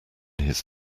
his